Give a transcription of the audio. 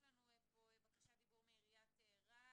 יש לנו פה בקשת דיבור מעיריית רהט.